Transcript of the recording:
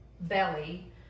belly